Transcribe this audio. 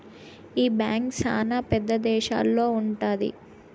ఈ బ్యాంక్ శ్యానా పెద్ద దేశాల్లో ఉంటది